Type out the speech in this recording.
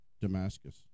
Damascus